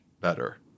better